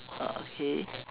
oh okay